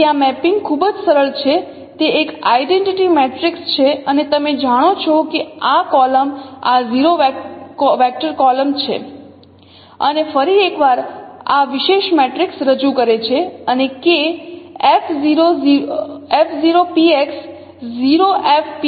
તેથી આ મેપિંગ ખૂબ જ સરળ છે તે એક આઇડેન્ટિટી મેટ્રિક્સ છે અને તમે જાણો છો કે આ કોલમ આ 0 વેક્ટર કોલમ છે અને ફરી એક વાર આ વિશેષ મેટ્રિક્સ રજૂ કરે છે અને K